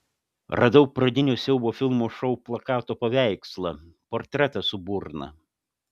radau pradinio siaubo filmo šou plakato paveikslą portretą su burna